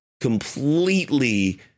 completely